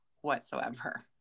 whatsoever